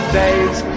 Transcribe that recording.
days